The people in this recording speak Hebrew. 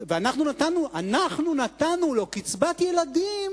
אנחנו נתנו לו קצבת ילדים,